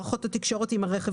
ובמערכות התקשורת עם הרכב